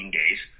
days